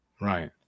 Right